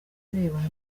arebana